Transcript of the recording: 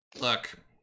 look